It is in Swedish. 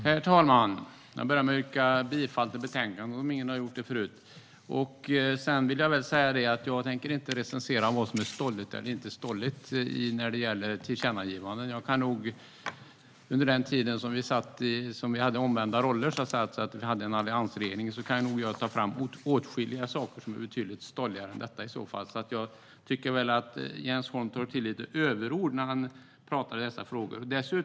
Herr talman! Jag börjar med att yrka bifall till förslaget i betänkandet, ifall ingen har gjort det tidigare. Jag tänker inte recensera vad som är stolligt eller inte när det gäller tillkännagivanden. Jag kan nog ta fram åtskilliga saker som var betydligt stolligare än detta från den tiden vi hade omvända roller, under alliansregeringen. Jag tycker att Jens Holm tar till överord när han talar om dessa frågor.